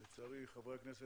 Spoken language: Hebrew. יוג'ין